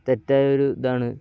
തെറ്റായൊരു ഇതാണ്